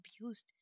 abused